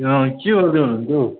अँ के गर्दै हुनुहुन्थ्यो हौ